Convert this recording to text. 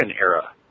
era